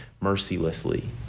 mercilessly